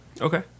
Okay